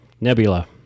Nebula